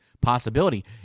possibility